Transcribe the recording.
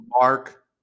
mark